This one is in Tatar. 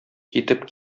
китеп